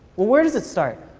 where does it start?